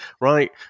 right